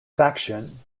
faction